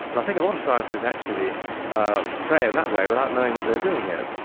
and i think a lot of scientists actually pray in that way without knowing that they're doing it,